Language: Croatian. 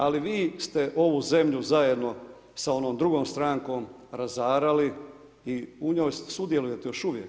Ali vi ste ovu zemlju zajedno s onom drugom strankom razarali i u njoj sudjelujete još uvijek.